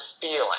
feeling